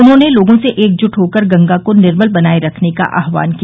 उन्होंने लोगों से एकजुट होकर गंगा को निर्मल बनाये रखने का आह्वान किया